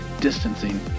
distancing